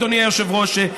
אדוני היושב-ראש,